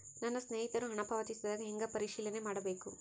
ನನ್ನ ಸ್ನೇಹಿತರು ಹಣ ಪಾವತಿಸಿದಾಗ ಹೆಂಗ ಪರಿಶೇಲನೆ ಮಾಡಬೇಕು?